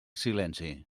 silenci